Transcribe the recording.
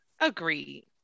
Agreed